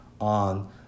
on